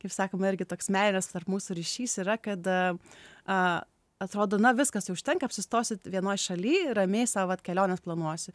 kaip sakoma irgi toks meilės tarp mūsų ryšys yra kad atrodo na viskas užtenka apsistosiu vienoj šaly ramiai sau vat keliones planuosiu